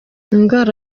indwara